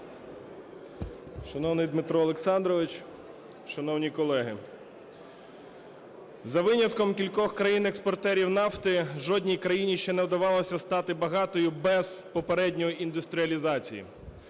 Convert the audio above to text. Шановний Дмитро Олександрович, шановні колеги! "За винятком кількох країн-експортерів нафти, жодній країні ще не вдавалося стати багатою без попередньої індустріалізації".